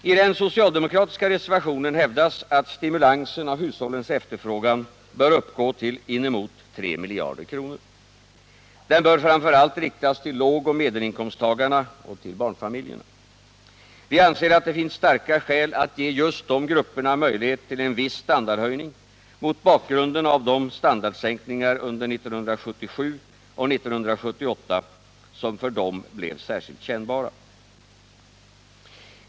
I den socialdemokratiska reservationen hävdas att stimulansen av hushållens efterfrågan bör uppgå till inemot 3 miljarder kronor. Den bör framför allt riktas till lågoch medelinkomsttagarna och till barnfamiljerna. Vi anser att det finns starka skäl att ge dessa grupper möjlighet till en viss standardhöjning mot bakgrunden av de standardsänkningar under 1977 och 1978 som för dem blev särskilt kännbara.